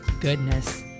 goodness